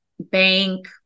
bank